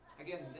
Again